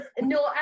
no